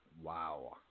Wow